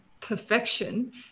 perfection